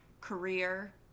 career